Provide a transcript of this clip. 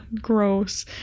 gross